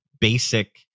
basic